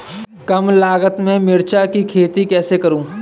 कम लागत में मिर्च की खेती कैसे करूँ?